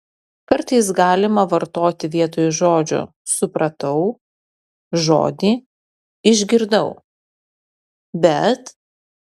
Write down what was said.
kartais galima vartoti vietoj žodžio supratau žodį išgirdau bet